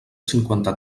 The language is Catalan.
cinquanta